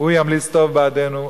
הוא ימליץ טוב בעדנו,